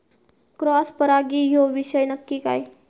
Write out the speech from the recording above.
Cross परागी ह्यो विषय नक्की काय?